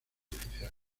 artificial